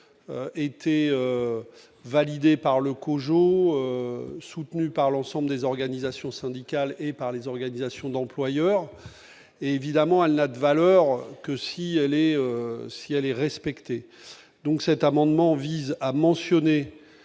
été validé par le COJO, soutenu par l'ensemble des organisations syndicales et par les organisations d'employeurs, évidemment, elle n'a de valeur que si les si elle est respectée, donc, cet amendement vise à mentionner